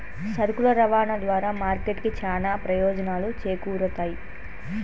సరుకుల రవాణా ద్వారా మార్కెట్ కి చానా ప్రయోజనాలు చేకూరుతయ్